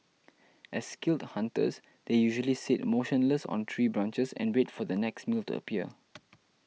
as skilled hunters they usually sit motionless on tree branches and wait for their next meal to appear